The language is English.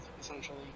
Essentially